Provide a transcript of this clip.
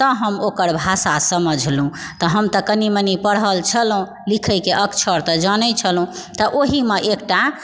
तऽ हम ओकर भाषा समझलहुँ तऽ हम तऽ कनि मनि पढ़ल छलहुँ लिखयके अक्षर तऽ जानय छलहुँ तऽ ओहिमे एकटा